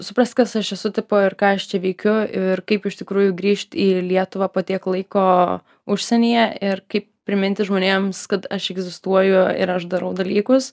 suprast kas aš esu tipo ir ką aš čia veikiu ir kaip iš tikrųjų grįžt į lietuvą po tiek laiko užsienyje ir kaip priminti žmonėms kad aš egzistuoju ir aš darau dalykus